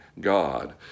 God